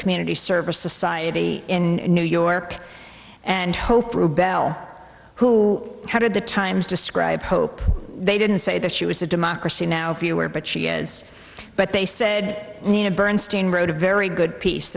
community service society in new york and hope rebel who headed the times described hope they didn't say that she was a democracy now if you are but she is but they said bernstein wrote a very good piece